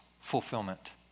fulfillment